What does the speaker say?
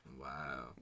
Wow